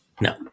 No